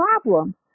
problem